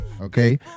Okay